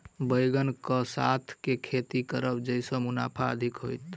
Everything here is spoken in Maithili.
बैंगन कऽ साथ केँ खेती करब जयसँ मुनाफा अधिक हेतइ?